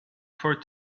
for